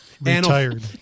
Retired